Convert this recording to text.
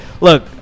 look